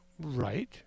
Right